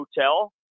hotel